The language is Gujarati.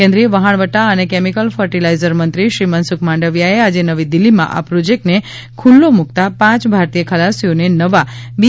કેન્દ્રીય વહાણવટા અને કેમિકલ ફર્ટિલાઇઝર મંત્રીશ્રી મનસુખ માંડવીયાએ આજે નવી દિલ્હીમાં આ પ્રોજેક્ટને ખુલ્લો મુકતા પાંચ ભારતીય ખલાસીઓને નવા બી